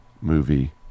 movie